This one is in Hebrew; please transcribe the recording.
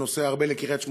אני נוסע הרבה לקריית-שמונה,